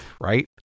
right